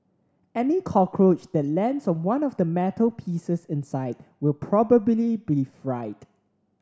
any cockroach that lands on one of the metal pieces inside will probably be fried